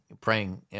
praying